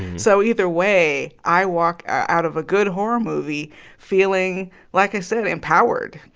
so either way, i walk out of a good horror movie feeling, like i said, empowered.